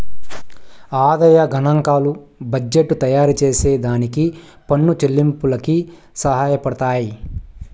ఆదాయ గనాంకాలు బడ్జెట్టు తయారుచేసే దానికి పన్ను చెల్లింపులకి సహాయపడతయ్యి